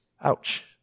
Ouch